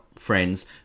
friends